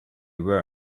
were